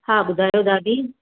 हा ॿुधायो दादी